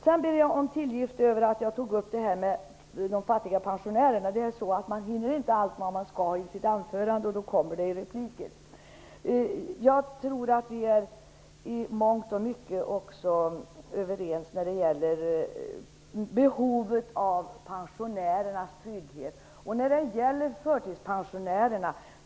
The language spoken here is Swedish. Jag ber om tillgift över att jag talade om de fattiga pensionärerna. Man hinner inte allt man skall i sitt anförande, och då kommer det i repliken. Jag tror att vi i mångt och mycket är överens också när det gäller behovet av trygghet för pensionärerna.